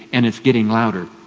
and is getting louder,